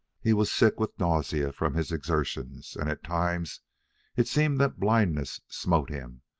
he was sick with nausea from his exertions, and at times it seemed that blindness smote him,